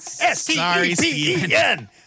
S-T-E-P-E-N